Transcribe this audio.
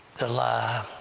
the lie,